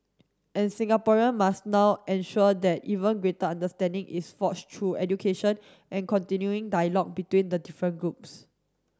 and Singaporean must now ensure that even greater understanding is forge through education and continuing dialogue between the different groups